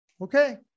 Okay